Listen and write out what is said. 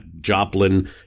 Joplin